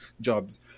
jobs